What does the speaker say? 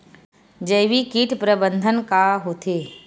जैविक कीट प्रबंधन का होथे?